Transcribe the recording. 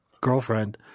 girlfriend